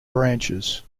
branches